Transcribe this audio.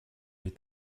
est